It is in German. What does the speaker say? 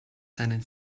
seinen